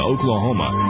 Oklahoma